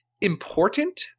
important